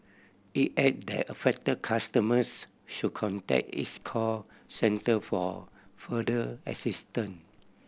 it added that affected customers should contact its call centre for further assistance